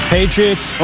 Patriots